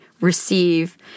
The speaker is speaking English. receive